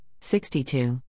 62